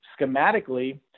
schematically